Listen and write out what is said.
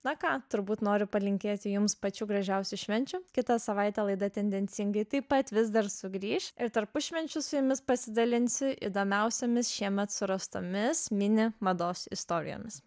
na ką turbūt noriu palinkėti jums pačių gražiausių švenčių kitą savaitę laida tendencingai taip pat vis dar sugrįš ir tarpušvenčiu su jumis pasidalinsiu įdomiausiomis šiemet surastomis mini mados istorijomis